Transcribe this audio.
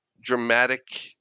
dramatic